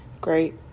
great